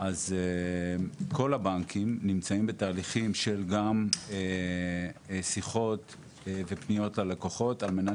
אז כל הבנקים נמצאים בתהליכים שכוללים שיחות ופניות ללקוחות על מנת